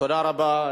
תודה רבה.